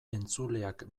entzuleak